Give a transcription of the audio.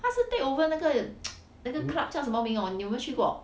他是 take over 那个 那个 club 叫什么名 oh 你有没有去过